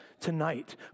tonight